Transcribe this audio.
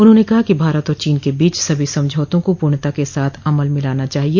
उन्होंने कहा कि भारत और चीन के बीच सभी समझौतों को पूर्णता के साथ अमल में लाना चाहिए